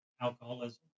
alcoholism